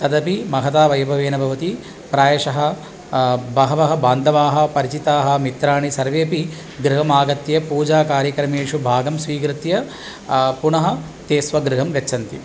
तदपि महता वैभवेन भवति प्रायशः बहवः बान्धवाः परिचिताः मित्राणि सर्वेपि गृहम् आगत्य पूजाकार्यक्रमेषु भागं स्वीकृत्य पुनः ते स्वगृहं गच्छन्ति